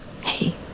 Hey